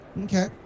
Okay